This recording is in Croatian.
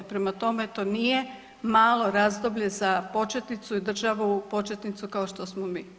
Prema tome, to nije malo razdoblje za početnicu i državu početnicu kao što smo mi.